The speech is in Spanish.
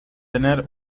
tener